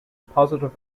positive